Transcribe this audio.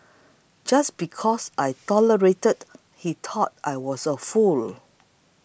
just because I tolerated he thought I was a fool